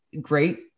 Great